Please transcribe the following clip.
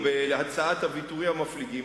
או בהצעת הוויתורים המפליגים,